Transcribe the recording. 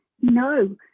No